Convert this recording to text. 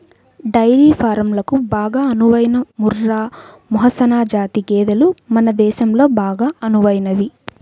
dairy ఫారంలకు బాగా అనువైన ముర్రా, మెహసనా జాతి గేదెలు మన దేశంలో బాగా అనువైనవి